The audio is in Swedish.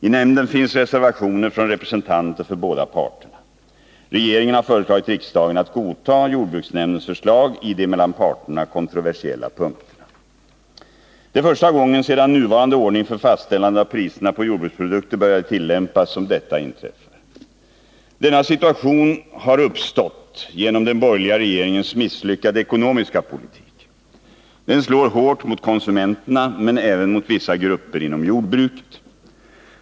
I nämnden finns reservationer från representanter för båda parterna. Regeringen har föreslagit riksdagen att godta jordbruksnämndens förslag i de mellan parterna kontroversiella punkterna. Det är första gången sedan nuvarande ordning för fastställande av priserna på jordbruksprodukter började tillämpas som detta inträffar. Denna situation har uppstått til följd av den borgerliga regeringens misslyckade ekonomiska politik. Den slår hårt mot konsumenterna, men även mot vissa grupper inom jordbruket.